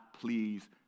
please